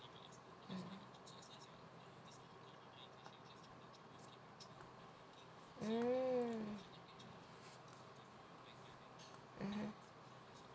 mm mm